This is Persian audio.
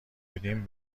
بودیم